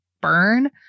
burn